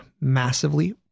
massively